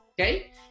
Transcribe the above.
Okay